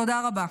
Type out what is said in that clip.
תודה רבה.